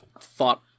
thought